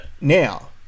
now